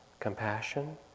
Compassion